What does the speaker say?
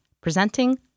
presenting